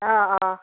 অঁ অঁ